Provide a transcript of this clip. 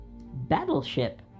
battleship